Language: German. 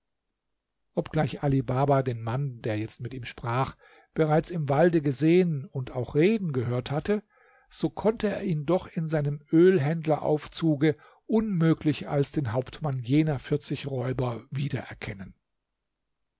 obgleich ali baba den mann der jetzt mit ihm sprach bereits ihm walde gesehen und auch reden gehört hatte so konnte er ihn doch in seinem ölhändleraufzuge unmöglich als den hauptmann jener vierzig räuber